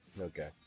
okay